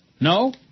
No